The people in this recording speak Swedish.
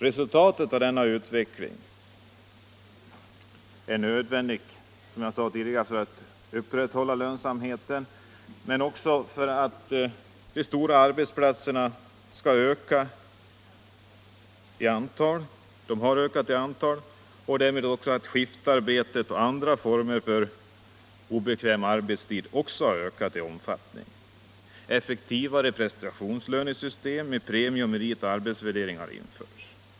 Resultatet av denna utveckling är att de stora arbetsplatserna ökar i antal. Skiftarbetet och andra former för obekväm arbetstid har ökat i omfattning. Effektivare prestationslönesystem med premie samt merit och arbetsvärdering har införts.